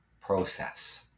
process